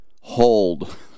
hold